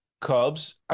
Cubs